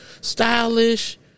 stylish